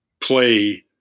play